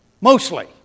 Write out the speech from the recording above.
Mostly